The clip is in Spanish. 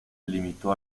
limitó